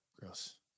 Gross